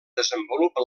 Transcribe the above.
desenvolupa